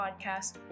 podcast